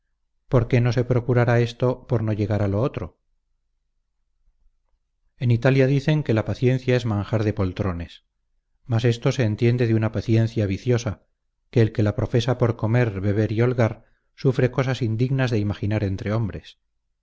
por qué no se procurará esto por no llegar a lo otro en italia dicen que la paciencia es manjar de poltrones mas esto se entiende de una paciencia viciosa que el que la profesa por comer beber y holgar sufre cosas indignas de imaginar entre hombres